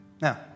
now